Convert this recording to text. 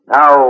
Now